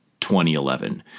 2011